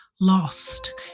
lost